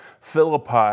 Philippi